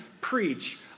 preach